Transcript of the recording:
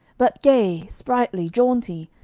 but gay, sprightly, jaunty,